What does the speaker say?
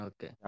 Okay